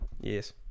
Yes